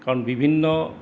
কাৰণ বিভিন্ন